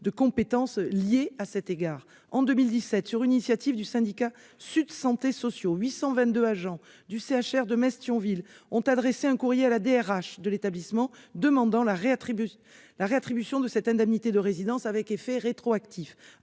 de compétence liée à cet égard. En 2017, sur une initiative du syndicat Sud Santé Sociaux, 822 agents du CHR de Metz-Thionville ont adressé un courrier à la direction des ressources humaines (DRH) de l'établissement demandant la réattribution de cette indemnité de résidence avec effet rétroactif.